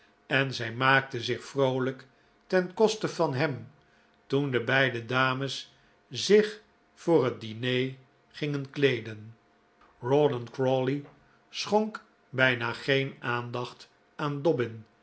en zij maakte zich vroolijk ten koste van hem toen de beide dames zich voor het diner gingen kleeden rawdon crawley schonk bijna geen aandacht aan